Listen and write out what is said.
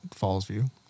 Fallsview